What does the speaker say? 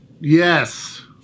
Yes